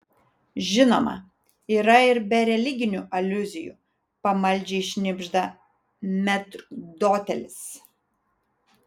žinoma yra ir be religinių aliuzijų pamaldžiai šnibžda metrdotelis